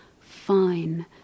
fine